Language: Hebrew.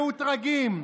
מאותרגים,